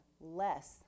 less